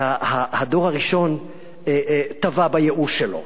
אבל הדור הראשון טבע בייאוש שלו,